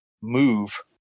move